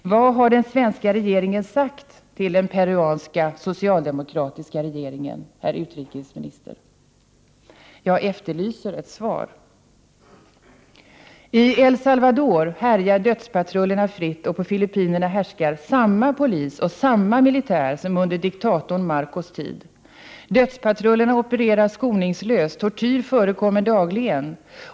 Vad har den svenska regeringen sagt till den peruanska socialdemokratiska regeringen, herr utrikesminister? Jag efterlyser ett svar. I El Salvador härjar dödspatrullerna fritt, och på Filippinerna härskar samma polis och samma militär som under diktatorn Marcos tid. Dödspatrullerna opererar skoningslöst, tortyr förekommer dagligen.